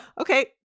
Okay